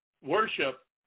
worship